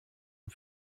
und